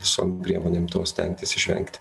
visom priemonėm to stengtis išvengti